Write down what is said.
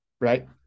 Right